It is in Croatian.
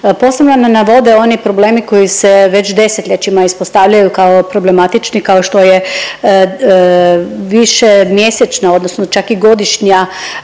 posebno ne navode oni problemi koji se već 10-ljećima ispostavljaju kao problematični, kao što je višemjesečna odnosno čak i godišnja